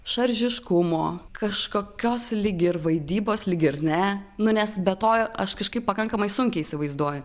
šaržiškumo kažkokios lyg ir vaidybos lyg ir ne nu nes be to aš kažkaip pakankamai sunkiai įsivaizduoju